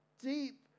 deep